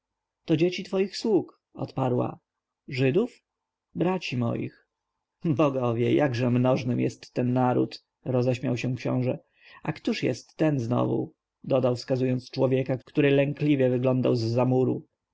to dzieci twoich sług odparła żydów moich braci bogowie jakże mnożnym jest ten naród roześmiał się książę a któż jest ten znowu dodał wskazując na człowieka który lękliwie wyglądał z za muru